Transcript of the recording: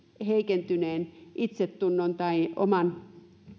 heikentyneen itsetunnon tai oman